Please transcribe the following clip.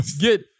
Get